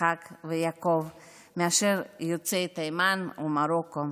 יצחק ויעקב מאשר יוצאי תימן או מרוקו.